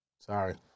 Sorry